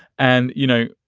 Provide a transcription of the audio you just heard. and, you know,